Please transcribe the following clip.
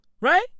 Right